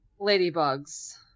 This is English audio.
ladybugs